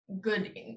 good